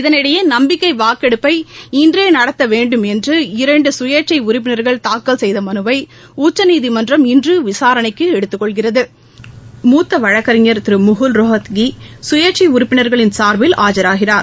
இதனிடையே நம்பிக்கை வாக்கெடுப்பை இன்றே நடத்த வேண்டுமென்று இரண்டு சுயேச்சை உறுப்பினர்கள் தாக்கல் செய்த மனுவை உச்சநீதிமன்றம் இன்று விசாரணைக்கு எடுத்துக் கொள்கிறது மூத்த வழக்கறிஞத் திரு முகுல் ரோகத்ஹி சுயேச்சை உறுப்பினர்களின் சார்பில் ஆஜராகிறார்